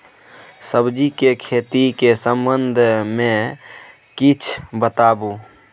सब्जी के खेती के संबंध मे किछ बताबू?